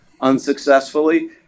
unsuccessfully